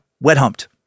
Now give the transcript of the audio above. wet-humped